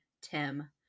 Tim